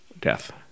death